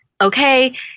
okay